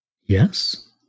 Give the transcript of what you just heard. Yes